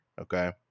Okay